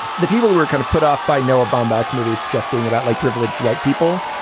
the people were kind of put off by noah baumbach's movies, just being about like privileged white people.